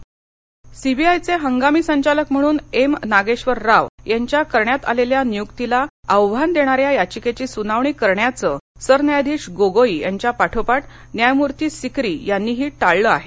CBI पुल केळकर सीबीआयचे हंगामी संचालक म्हणून एम नागेश्वर राव यांच्या करण्यात आलेल्या नियुक्तीला आव्हान देणाऱ्या याचिकेची सुनावणी करण्याचे सरन्यायाधिश गोगोई यांच्या पाठोपाठ न्यायमुर्ती सिकरी यांनीही टाळलं आहे